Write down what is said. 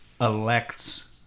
elects